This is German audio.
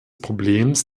problems